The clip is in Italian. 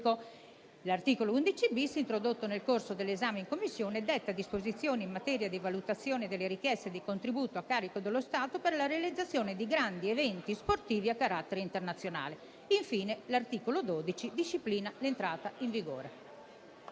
L'articolo 11-*bis*, introdotto nel corso dell'esame in Commissione, detta disposizioni in materia di valutazione delle richieste di contributo a carico dello Stato per la realizzazione di grandi eventi sportivi a carattere internazionale. Infine, l'articolo 12 disciplina l'entrata in vigore.